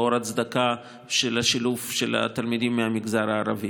לאור הצדקה של השילוב של התלמידים מהמגזר הערבי.